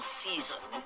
season